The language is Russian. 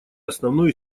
основной